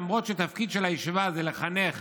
למרות שתפקיד הישיבה הוא לחנך